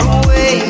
away